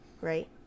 right